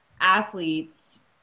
athletes